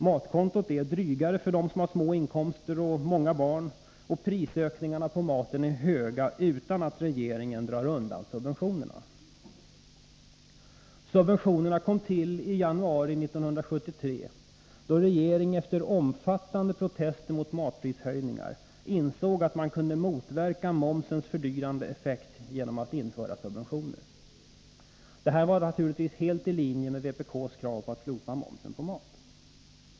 Matkontot är drygare för dem som har små inkomster och många barn, och prisökningarna på maten är tillräckligt stora utan att regeringen behöver dra undan subventionerna. Subventionerna kom till i januari 1973, då regeringen efter omfattande protester mot matprishöjningar insåg att man kunde motverka momsens fördyrande effekt genom att införa subventioner — det var naturligtvis helt i linje med vpk:s krav på att slopa momsen på mat.